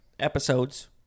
Episodes